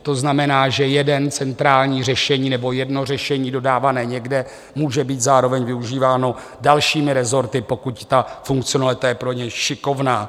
To znamená, že jedno centrální řešení nebo jedno řešení dodávané někde může být zároveň využíváno dalšími resorty, pokud ta funkcionalita je pro ně šikovná.